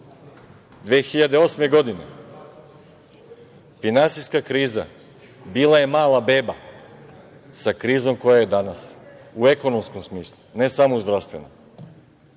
krizu. Finansijska kriza bila je mala beba sa krizom koja danas u ekonomskom smislu, ne samo u zdravstvenom.